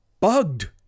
bugged